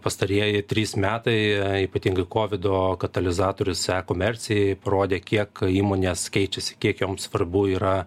pastarieji trys metai ypatingai kovido katalizatorius e komercijai rodė kiek įmonės keičiasi kiek joms svarbu yra